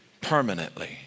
permanently